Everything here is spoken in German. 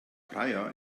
praia